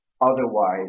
otherwise